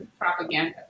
propaganda